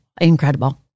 incredible